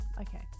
okay